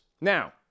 Now